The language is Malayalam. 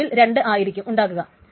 T2 ൽ രണ്ടായിരിക്കും ഉണ്ടാകുക